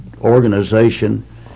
organization